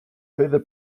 further